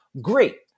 Great